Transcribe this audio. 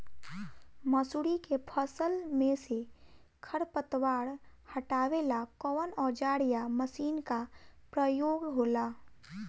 मसुरी के फसल मे से खरपतवार हटावेला कवन औजार या मशीन का प्रयोंग होला?